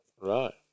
Right